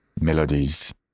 melodies